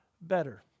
better